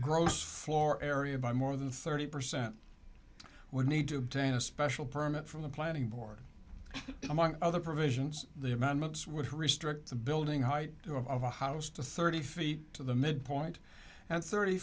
gross floor area by more than thirty percent would need to obtain a special permit from the planning board among other provisions the amendments would restrict the building height of a house to thirty feet to the midpoint and thirty